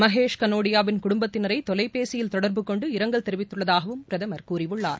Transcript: மகேஷ் கனோடியாவின் குடும்பத்தினரை தொலைபேசியில் தொடர்பு கொண்டு இரங்கல் தெரிவித்துள்ளதாகவும் பிரதமர் கூறியுள்ளார்